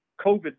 COVID